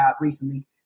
recently